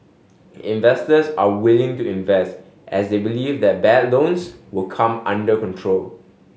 investors are willing to invest as they believe that bad loans will come under control